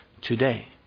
today